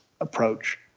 approach